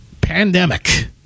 pandemic